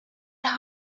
had